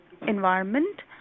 environment